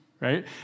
right